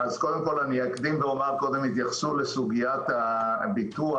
אז אקדים ואומר שקודם התייחסו לסוגיית הביטוח